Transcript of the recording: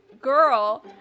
girl